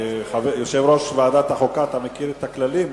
יושב-ראש ועדת החוקה, אתה מכיר את הכללים.